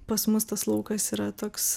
pas mus tas laukas yra toks